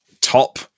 top